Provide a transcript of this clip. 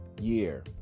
year